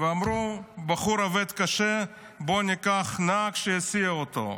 אמרו שהבחור עובד קשה, בואו ניקח נהג שיסיע אותו.